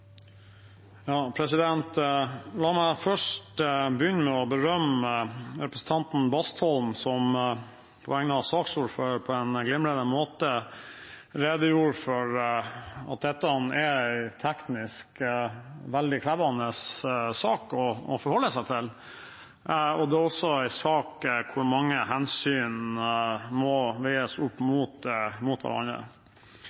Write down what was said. som på vegne av saksordføreren på en glimrende måte redegjorde for at dette er en teknisk veldig krevende sak å forholde seg til, og det er også en sak hvor mange hensyn må veies opp mot